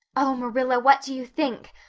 oh, marilla, what do you think?